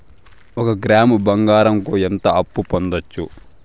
ఒక గ్రాము బంగారంకు ఎంత అప్పు పొందొచ్చు